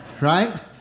Right